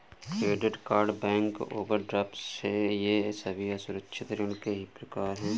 credit card bank overdraft ये सभी असुरक्षित ऋण के ही प्रकार है